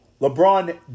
LeBron